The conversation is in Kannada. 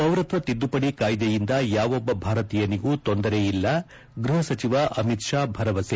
ಪೌರತ್ಸ ತಿದ್ದುಪಡಿ ಕಾಯ್ದೆಯಿಂದ ಯಾವೊಬ್ಬ ಭಾರತೀಯನಿಗೂ ತೊಂದರೆ ಇಲ್ಲ ಗ್ವಹ ಸಚಿವ ಅಮಿತ್ ಷಾ ಭರವಸೆ